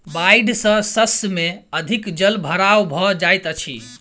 बाइढ़ सॅ शस्य में अधिक जल भराव भ जाइत अछि